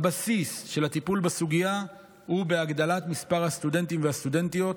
הבסיס של הטיפול בסוגיה הוא בהגדלת מספר הסטודנטים והסטודנטיות.